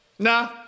nah